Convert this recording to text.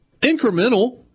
Incremental